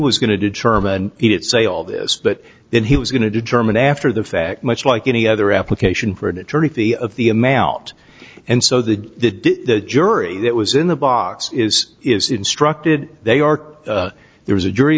was going to determine he didn't say all this but then he was going to determine after the fact much like any other application for an eternity of the amount and so the jury that was in the box is is instructed they are there was a jury